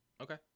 Okay